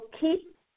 keep